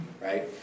Right